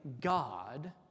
God